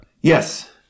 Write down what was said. Yes